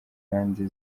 kandi